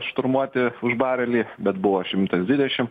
šturmuoti už barelį bet buvo šimtas dvidešim